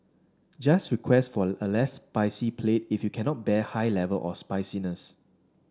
just request for a less spicy plate if you cannot bear high level of spiciness